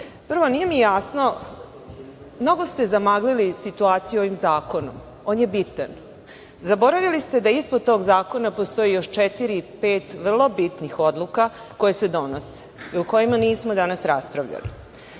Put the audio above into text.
nije mi jasno, mnogo ste zamaglili situaciju ovim zakonom. On je bitan. Zaboravili ste da ispod tog zakona postoji još četiri, pet vrlo bitnih odluka koje se donose i o kojima nismo danas raspravljali.